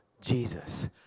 Jesus